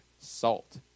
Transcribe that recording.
salt